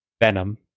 Venom